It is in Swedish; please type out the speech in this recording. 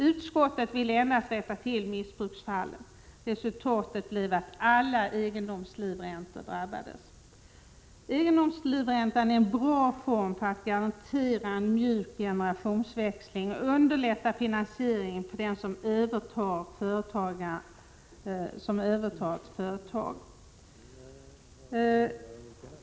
Utskottet ville endast rätta till missbruksfallen. Resultatet blev att alla egendomslivräntor drabbades. Egendomslivräntan är en bra form för att garantera en mjuk generationsväxling och underlätta finansieringen för den som övertar ett företag.